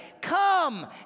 come